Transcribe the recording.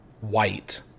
white